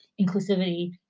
inclusivity